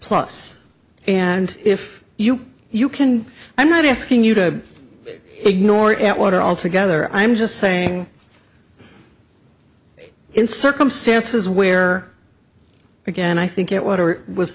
plus and if you you can i'm not asking you to ignore atwater altogether i'm just saying in circumstances where again i think it was or was